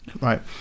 right